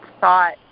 thought